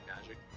Magic